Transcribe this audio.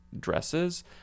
dresses